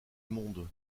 monde